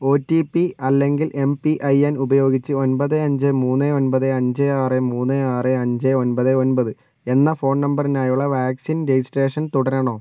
OTP അല്ലെങ്കിൽ MPIN ഉപയോഗിച്ച് ഒൻപത് അഞ്ച് മൂന്ന് ഒൻപത് അഞ്ച് ആറ് മൂന്ന് ആറ് അഞ്ച് ഒൻപത് ഒൻപത് എന്ന ഫോൺ നമ്പറിനായുള്ള വാക്സിൻ രജിസ്ട്രേഷൻ തുടരണോ